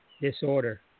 disorder